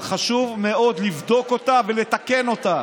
אבל חשוב מאוד לבדוק אותה ולתקן אותה,